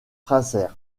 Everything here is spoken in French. fraser